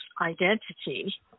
identity